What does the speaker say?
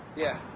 yeah.